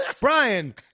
Brian